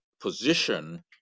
position